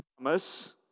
promise